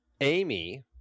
Amy